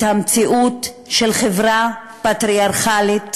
את המציאות של חברה פטריארכלית,